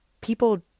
people